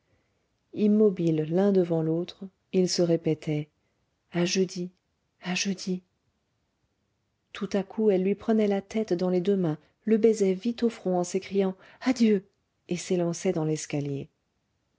immobiles l'un devant l'autre ils se répétaient à jeudi à jeudi tout à coup elle lui prenait la tête dans les deux mains le baisait vite au front en s'écriant adieu et s'élançait dans l'escalier